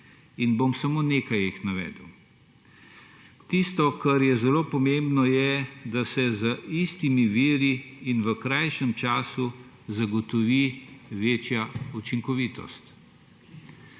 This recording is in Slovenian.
Samo nekaj jih bom navedel. Tisto, kar je zelo pomembno, je, da se z istimi viri in v krajšem času, zagotovi večja učinkovitost.